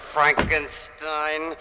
Frankenstein